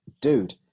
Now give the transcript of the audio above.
dude